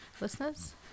Listeners